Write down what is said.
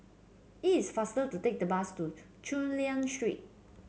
is faster to take the bus to Chulia Street